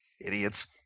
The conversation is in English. Idiots